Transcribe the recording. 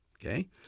okay